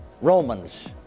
Romans